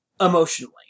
emotionally